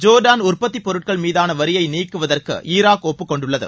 Jordan உற்பத்தி பொருட்கள் மீதான வரியை நீக்கவதற்கு ஈராக் ஒப்புக்கொண்டுள்ளது